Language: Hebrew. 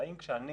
האם כשאני